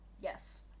Yes